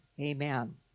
Amen